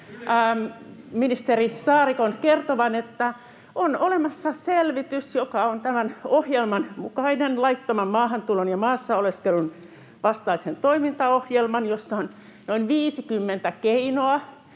ministeri Saarikon kertovan, on olemassa selvitys, joka on tämän ohjelman — laittoman maahantulon ja maassa oleskelun vastaisen toimintaohjelman — mukainen, jossa on noin 50 keinoa,